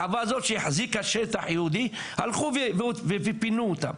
החווה הזאת שהחזיקה שטח יהודי, הלכו ופינו אותם.